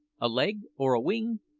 a leg, or a wing,